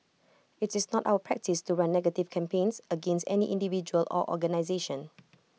IT is not our practice to run negative campaigns against any individual or organisation